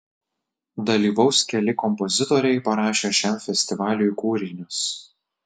dalyvaus keli kompozitoriai parašę šiam festivaliui kūrinius